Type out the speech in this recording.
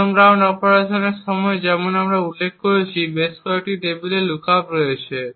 1ম রাউন্ড অপারেশনের সময় যেমন আমরা উল্লেখ করেছি বেশ কয়েকটি টেবিল লুকআপ রয়েছে